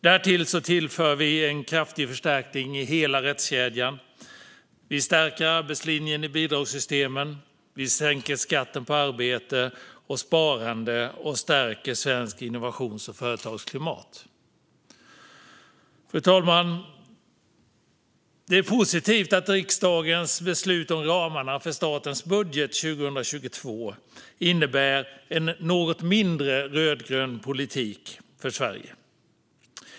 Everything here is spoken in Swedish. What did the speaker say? Därtill tillför vi en kraftig förstärkning i hela rättskedjan, stärker arbetslinjen i bidragssystemen, sänker skatten på arbete och sparande och stärker svenskt innovations och företagsklimat. Fru talman! Det är positivt att riksdagens beslut om ramarna för statens budget 2022 innebär en något mindre rödgrön politik för Sverige.